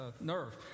nerve